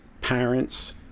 parents